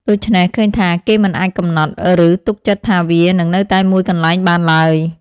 ដូច្នេះ ឃើញថា គេមិនអាចកំណត់ ឬទុកចិត្តថាវានឹងនៅតែមួយកន្លែងបានឡើយ ។